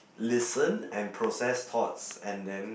listen and process thoughts and then